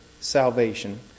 salvation